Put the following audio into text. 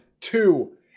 two